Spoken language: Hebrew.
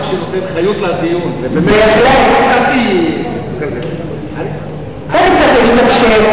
בקשר לדיון, בהחלט, תן לי קצת להשתפשף,